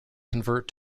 convert